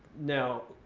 no.